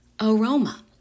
aroma